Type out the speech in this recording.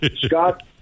Scott